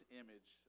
image